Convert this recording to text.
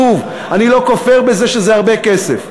שוב, אני לא כופר בזה שזה הרבה כסף.